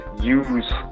use